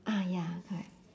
ah ya correct